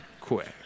quick